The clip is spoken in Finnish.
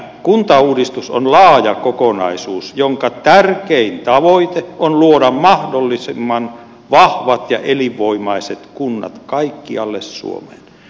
kuntauudistus on laaja kokonaisuus jonka tärkein tavoite on luoda mahdollisimman vahvat ja elinvoimaiset kunnat kaikkialle suomeen